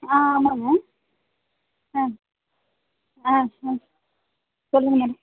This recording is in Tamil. ஆ ஆமாங்க ஆ ஆ சொல்லுங்க மேம்